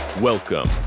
Welcome